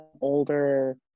older